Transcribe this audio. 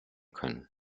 können